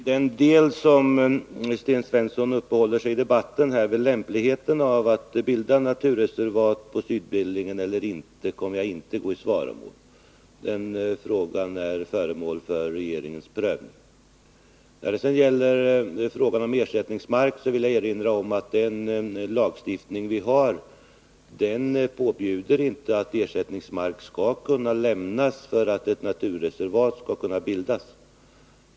Herr talman! Sten Svensson uppehåller sig i debatten vid problemet om det är lämpligt att bilda naturreservat på Sydbillingen eller inte. Jag kommer inte att gå i svaromål när det gäller den frågan, eftersom den är föremål för regeringens prövning. Då det gäller frågan om ersättningsmark vill jag erinra om att den lagstiftning vi har inte påbjuder att ersättningsmark skall kunna lämnas för att ett naturreservat skall kunna bildas.